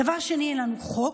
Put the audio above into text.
דבר שני, אין לנו חוק.